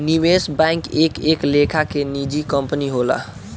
निवेश बैंक एक एक लेखा के निजी कंपनी होला